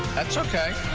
that's okay.